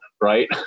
right